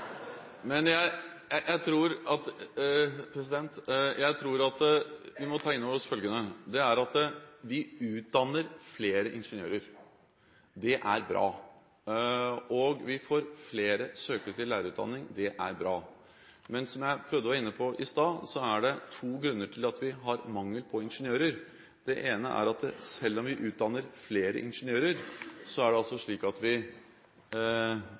Men jeg tror at vi må ta inn over oss følgende: Vi utdanner flere ingeniører. Det er bra. Vi får flere søkere til lærerutdanningen. Det er bra. Men, som jeg var inne på i stad, er det to grunner til at vi har mangel på ingeniører. Den ene er at selv om vi utdanner flere ingeniører, er det sånn at vi